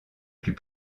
plus